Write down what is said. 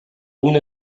punt